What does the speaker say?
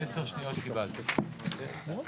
תודה.